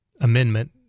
amendment